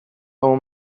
our